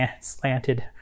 slanted